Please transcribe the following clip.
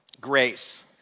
Grace